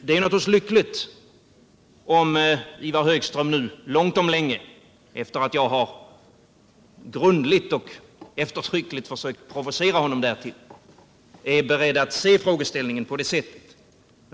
Det är naturligtvis lyckligt om Ivar Högström nu långt om länge, sedan jag grundligt och eftertryckligt har försökt provocera honom därtill, är beredd att se frågeställningen på det här sättet.